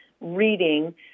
reading